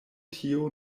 tio